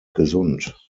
gesund